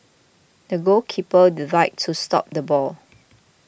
the goalkeeper dived to stop the ball